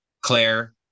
Claire